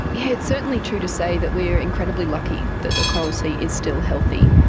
yeah it's certainly true to say that we're incredibly lucky that the coral sea is still healthy,